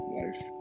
life